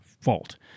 fault